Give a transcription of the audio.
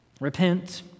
Repent